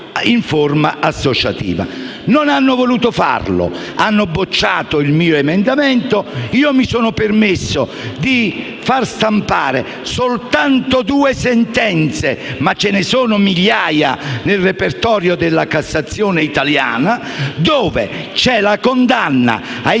Non hanno voluto farlo e hanno bocciato il mio emendamento. E, quindi, mi sono permesso di far stampare solo due sentenze - ma ce ne sono migliaia nel repertorio della Cassazione italiana - dove c'è la condanna ai sensi